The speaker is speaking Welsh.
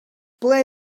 ble